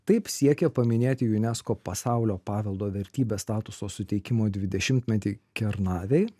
taip siekė paminėti unesco pasaulio paveldo vertybės statuso suteikimo dvidešimtmetį kernavei